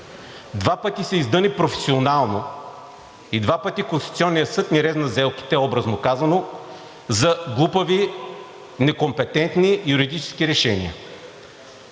Два пъти се издъни професионално и два пъти Конституционният съд ни резна зелките, образно казано, за глупави, некомпетентни юридически решения.